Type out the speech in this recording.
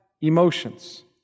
emotions